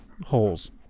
holes